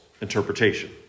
interpretation